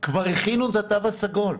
כבר הכינו את התו הסגול,